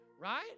right